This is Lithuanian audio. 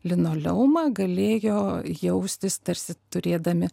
linoleumą galėjo jaustis tarsi turėdami